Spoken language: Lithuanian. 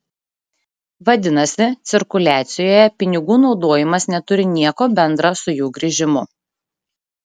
vadinasi cirkuliacijoje pinigų naudojimas neturi nieko bendra su jų grįžimu